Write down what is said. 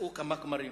כלאו כמה כמרים,